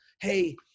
hey